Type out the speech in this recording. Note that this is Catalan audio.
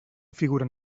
figuren